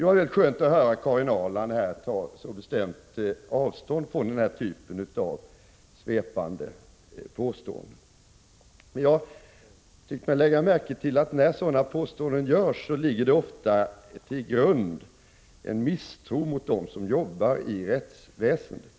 Det var rätt skönt att höra Karin Ahrland ta så bestämt avstånd från den typen av svepande påståenden. Jag har tyckt mig lägga märke till att när sådana påståenden görs ligger ofta till grund en misstro mot dem som jobbar i rättsväsendet.